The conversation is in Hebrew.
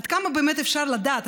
עד כמה באמת אפשר לדעת,